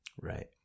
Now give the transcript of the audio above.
Right